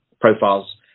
profiles